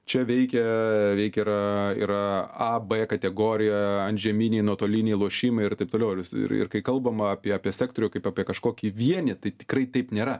čia veikia lyg ir yra yra a b kategorija antžeminiai nuotoliniai lošimai ir taip toliau ir ir kai kalbama apie apie sektorių kaip apie kažkokį vienį tai tikrai taip nėra